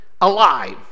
alive